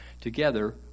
together